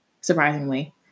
surprisingly